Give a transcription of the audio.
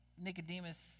Nicodemus